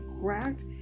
cracked